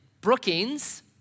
Brookings